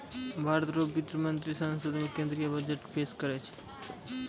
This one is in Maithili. भारत रो वित्त मंत्री संसद मे केंद्रीय बजट पेस करै छै